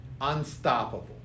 unstoppable